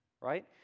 right